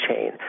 chain